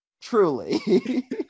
Truly